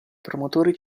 promotori